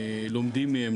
לומדים מהם,